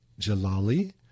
Jalali